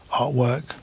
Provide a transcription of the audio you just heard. artwork